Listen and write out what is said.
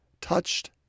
touched